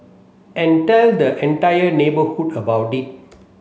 and tell the entire neighbourhood about it